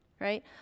right